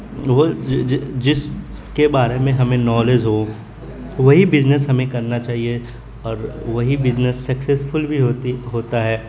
جس کے بارے میں ہمیں نالج ہو وہی بزنس ہمیں کرنا چاہیے اور وہی بزنس سکسیزفل بھی ہوتی ہوتا ہے